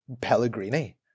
pellegrini